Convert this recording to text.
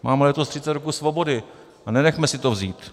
Máme letos třicet roků svobody a nenechme si to vzít.